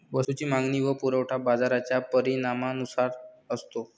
वस्तूची मागणी व पुरवठा बाजाराच्या परिणामानुसार असतो